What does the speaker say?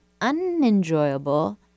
unenjoyable